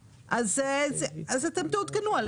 אז הוא יהיה כבר בעל